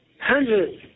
Hundreds